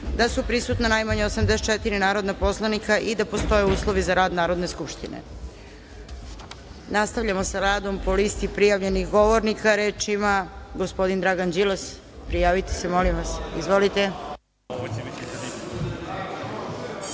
da su prisutna najmanje 84 narodna poslanika i da postoje uslovi za rad Narodne skupštine. Nastavljamo sa radom po listi prijavljenih govornika. Reč ima gospodin Dragan Đilas. Izvolite.